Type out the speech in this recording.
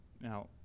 Now